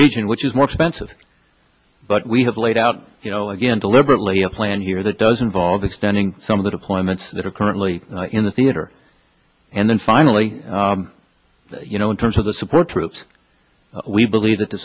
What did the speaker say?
region which is more expensive but we have laid out you know again deliberately a plan here that doesn't solve extending some of the deployments that are currently in the theater and then finally you know in terms of the support troops we believe that the